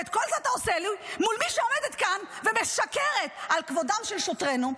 ואת כל זה אתה עושה לי מול מי שעומדת כאן ומשקרת על כבודם של שוטרינו,